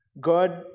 God